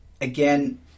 again